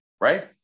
Right